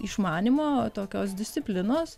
išmanymo tokios disciplinos